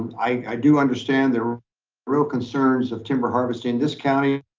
i do understand there were real concerns of timber harvesting, this county